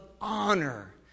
honor